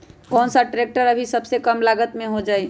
कौन सा ट्रैक्टर अभी सबसे कम लागत में हो जाइ?